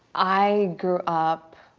i grew up.